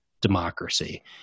democracy